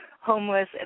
homeless